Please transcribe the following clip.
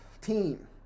team